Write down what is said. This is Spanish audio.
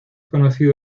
conocido